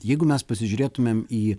jeigu mes pasižiūrėtumėm į